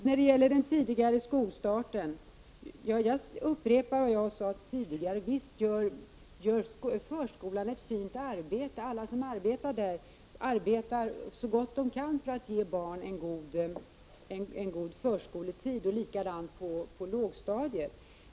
När det gäller den tidigare skolstarten upprepar jag vad jag sade förut: Visst gör förskolan ett bra arbete, och alla som arbetar där gör så gott de kan för att ge barn en god förskoletid. Likadant är det på lågstadiet.